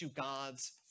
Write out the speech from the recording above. God's